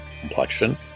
complexion